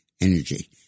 Energy